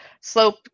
slope